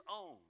own